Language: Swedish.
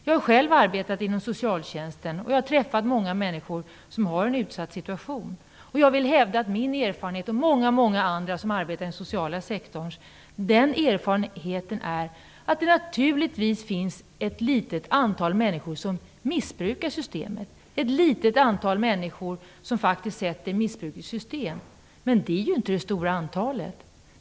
Jag har själv arbetat inom socialtjänsten, och jag har träffat många människor som har en utsatt situation. Jag hävdar att min erfarenhet, och många andras erfarenhet som arbetar inom den sociala sektorn, är den att det naturligtvis finns ett litet antal människor som missbrukar systemet. Det finns ett litet antal människor som faktiskt sätter missbruk i system. Men det är ju inte det stora antalet människor.